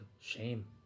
Shame